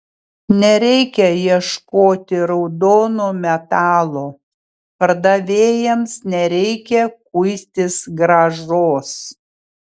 nereikia ieškoti raudono metalo pardavėjams nereikia kuistis grąžos